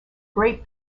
great